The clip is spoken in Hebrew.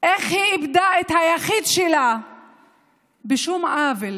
איך היא איבדה את היחיד שלה בלי שום עוול